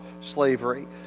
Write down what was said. slavery